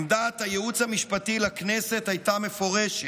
עמדת הייעוץ המשפטי לכנסת הייתה מפורשת: